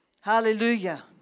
Hallelujah